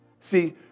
See